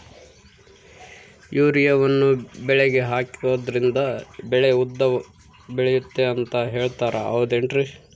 ಯೂರಿಯಾವನ್ನು ಬೆಳೆಗೆ ಹಾಕೋದ್ರಿಂದ ಬೆಳೆ ಉದ್ದ ಬೆಳೆಯುತ್ತೆ ಅಂತ ಹೇಳ್ತಾರ ಹೌದೇನ್ರಿ?